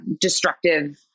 destructive